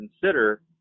consider